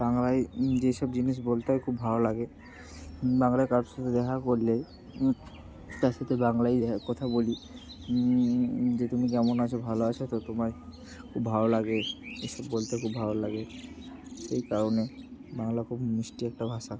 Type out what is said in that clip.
বাংলায় যেসব জিনিস বলতে হয় খুব ভালো লাগে বাংলায় কারোর সাথে দেখা করলে তার সাতে বাংলাই দেখা কথা বলি যে তুমি কেমন আছো ভালো আছো তো তোমায় খুব ভালো লাগে এসব বলতে খুব ভালো লাগে এই কারণে বাংলা খুবই মিষ্টি একটা ভাষা